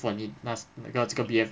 !wah! 你拿买到这个 B_F